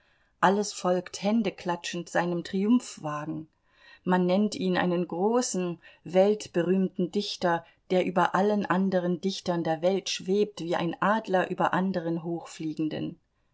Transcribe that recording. alles folgt händeklatschend seinem triumphwagen man nennt ihn einen großen weltberühmten dichter der über allen anderen dichtern der welt schwebt wie ein adler über anderen hochfliegenden